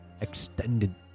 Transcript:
extended